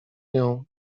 nią